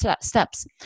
steps